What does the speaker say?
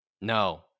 No